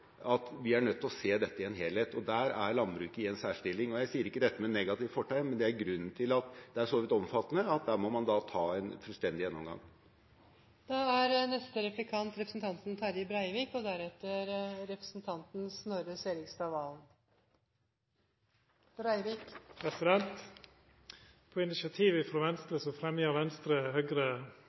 at vi er nødt til å se dette i en helhet. Der er landbruket i en særstilling. Jeg sier ikke dette med negativt fortegn, men det er grunnen til at det er så vidt omfattende. Der må man ta en fullstendig gjennomgang. På initiativ frå Venstre fremja Venstre,